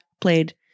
played